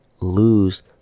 lose